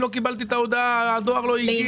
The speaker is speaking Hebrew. לא קיבלתי את ההודעה, הדואר לא הגיע.